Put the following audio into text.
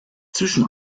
zwischen